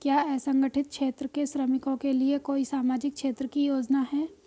क्या असंगठित क्षेत्र के श्रमिकों के लिए कोई सामाजिक क्षेत्र की योजना है?